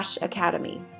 academy